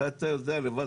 הרי אתה יודע לבד,